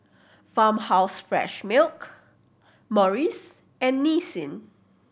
Farmhouse Fresh Milk Morries and Nissin